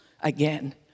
again